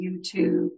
YouTube